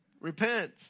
Repent